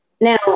Now